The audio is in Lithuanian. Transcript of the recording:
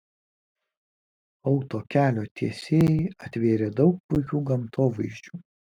autokelio tiesėjai atvėrė daug puikių gamtovaizdžių